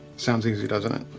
sounds easy doesn't it.